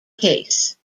case